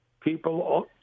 people